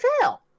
fail